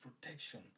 protection